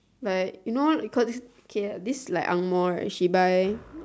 like you know because this k this like this angmoh right she buy